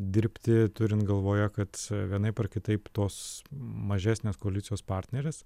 dirbti turint galvoje kad vienaip ar kitaip tos mažesnės koalicijos partnerės